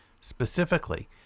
Specifically